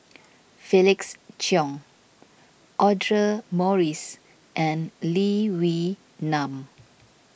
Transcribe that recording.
Felix Cheong Audra Morrice and Lee Wee Nam